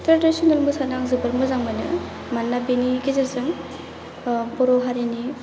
थ्रेदिसनेल मोसानो आं जोबोद मोजां मोनो मानोना बेनि गेजेरजों ओ बर' हारिनि